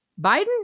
Biden